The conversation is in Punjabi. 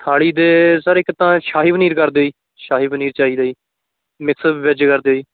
ਥਾਲੀ ਦੇ ਸਰ ਇੱਕ ਤਾਂ ਸ਼ਾਹੀ ਪਨੀਰ ਕਰ ਦਿਓ ਜੀ ਸ਼ਾਹੀ ਪਨੀਰ ਚਾਹੀਦਾ ਜੀ ਮਿਕਸ ਵੈੱਜ ਕਰ ਦਿਓ ਜੀ